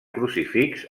crucifix